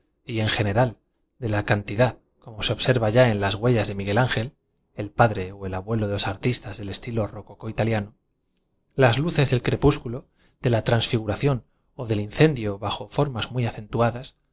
y en general de la cantidad como se observa ya en las huellas en miguel a o g e l e l padre ó el abue lo de los artistas del estilo rococo italiano las luces del crepúsculo de la transfiguración ó del incendio bajo formas muy acentuadas